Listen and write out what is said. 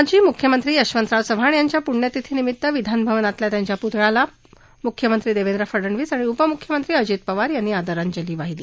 माजी मुख्यमंत्री यशवतराव चव्हाण यांच्या पुण्यतिथीनिमित्त विधानभवनातल्या त्यांच्या पुतळ्याला मुख्यमंत्री देवेंद्र फडनवीस आणि उपमुख्यमंत्री अजित पवार यांनी आदरांजली वाहिली